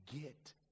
get